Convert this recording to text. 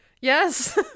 Yes